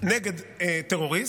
נגד טרוריסט,